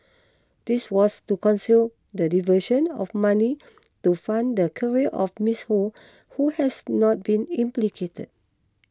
this was to conceal the diversion of money to fund the career of Miss Ho who has not been implicated